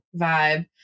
vibe